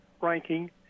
ranking